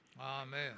Amen